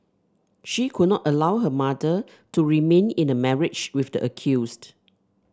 she could not allow her mother to remain in a marriage with the accused